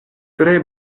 tre